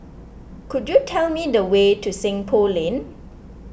could you tell me the way to Seng Poh Lane